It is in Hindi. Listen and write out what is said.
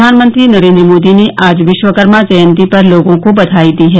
प्रधानमंत्री नरेन्द्र मोदी ने आज विश्वकर्मा जयंती पर लोगों को बधाई दी है